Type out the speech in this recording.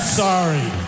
sorry